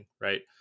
right